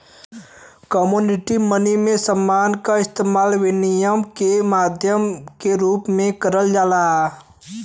commodity money में समान क इस्तेमाल विनिमय के माध्यम के रूप में करल जाला